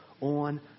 on